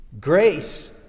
Grace